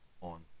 on